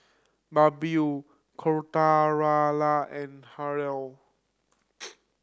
Birbal Koratala and Hri